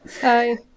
Hi